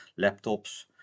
laptops